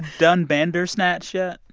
done bandersnatch yet?